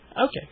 Okay